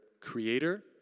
creator